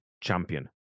Champion